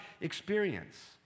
experience